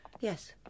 Yes